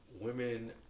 women